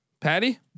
Patty